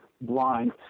blind